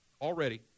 Already